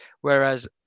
Whereas